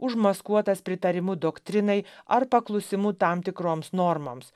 užmaskuotas pritarimu doktrinai ar paklusimu tam tikroms normoms